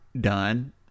done